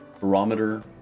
barometer